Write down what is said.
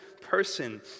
person